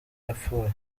yapfuye